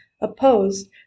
opposed